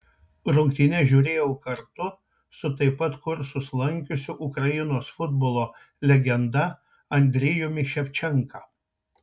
rungtynes žiūrėjau kartu su taip pat kursus lankiusiu ukrainos futbolo legenda andrijumi ševčenka